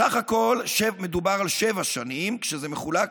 בסך הכול מדובר על שבע שנים, וזה מחולק